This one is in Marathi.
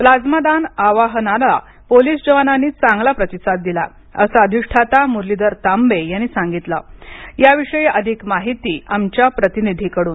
प्लाझ्मा दान आवाहनाला पोलीस जवानांनी चांगला प्रतिसाद दिला असे अधिष्ठाता मुरलीधर तांबे यांनी सांगितलं याविषयी अधिक माहिती आमच्या प्रतीनिधिकडून